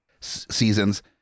seasons